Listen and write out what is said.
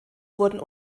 wurden